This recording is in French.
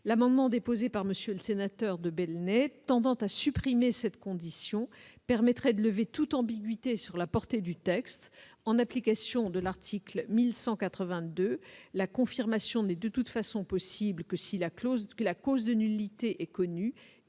l'amendement déposé par Monsieur le sénateur de belles n'est en vente, a supprimé cette condition permettrait de lever toute ambiguïté sur la portée du texte, en application de l'article 1182 la confirmation des de toutes façons possibles que si la clause de la cause de nullité est connu